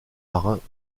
marins